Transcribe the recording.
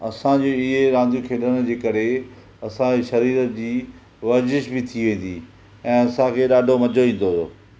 असांजी इहे रांदियूं खेॾणु जे करे असां जे शरीर जी वर्जिशु बि थी वेंदी हुई ऐं असांखे ॾाढो मज़ो ईंदो हुयो